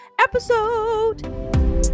episode